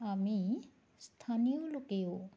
আমি স্থানীয় লোকেও